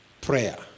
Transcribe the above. prayer